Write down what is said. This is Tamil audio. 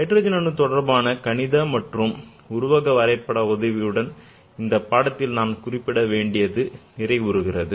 ஹைட்ரஜன் அணு தொடர்பான கணித மற்றும் உருவக வரைபட பகுதியுடன் இந்தப் பாடத்தில் நான் குறிப்பிட வேண்டியவை நிறைவுறும்